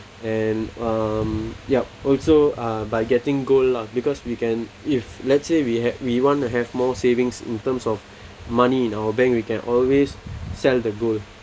and um yup also uh by getting gold lah because we can if let's say we had we want to have more savings in terms of money in our bank we can always sell the gold